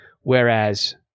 whereas